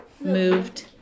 moved